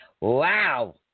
Wow